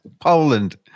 Poland